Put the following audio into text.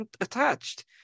attached